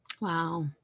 Wow